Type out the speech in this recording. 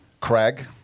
Craig